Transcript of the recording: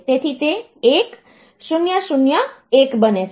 તેથી તે 1001 બને છે